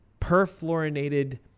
Perfluorinated